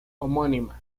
homónima